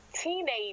teenage